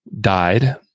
died